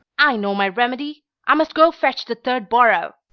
i know my remedy i must go fetch the third-borough.